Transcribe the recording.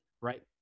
right